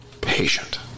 patient